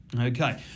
Okay